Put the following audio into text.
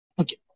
Okay